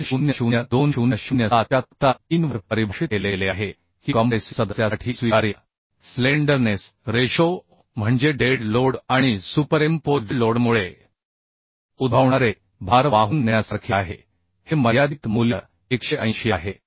800 2007 च्या तक्ता 3 वर परिभाषित केले गेले आहे की कॉम्प्रेसिव्ह सदस्यासाठी स्वीकार्य स्लेंडरनेस रेशो म्हणजे डेड लोड आणि सुपरइम्पोज्ड लोडमुळे उद्भवणारे भार वाहून नेण्यासारखे आहे हे मर्यादित मूल्य 180 आहे